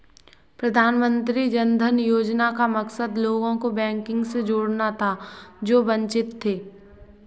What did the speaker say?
प्रधानमंत्री जन धन योजना का मकसद लोगों को बैंकिंग से जोड़ना था जो वंचित थे